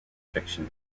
fiction